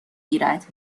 گیرد